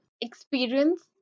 experience